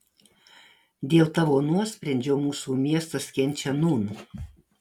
dėl tavo nuosprendžio mūsų miestas kenčia nūn